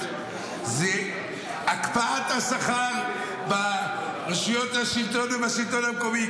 זו הקפאת השכר ברשויות השלטון ובשלטון המקומי.